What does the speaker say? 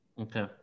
Okay